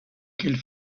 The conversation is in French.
qu’elle